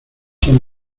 son